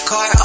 Car